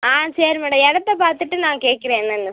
ஆ சரி மேடம் இடத்த பார்த்துட்டு நான் கேட்குறேன் என்னென்னு